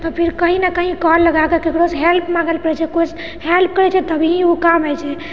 तऽ फिर कही ने कही कौल लगाकऽ ककरोसँ हेल्प माँगऽ पड़ै छै कोइ हेल्प करै छै तभी ओ काम होइ छै